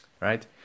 right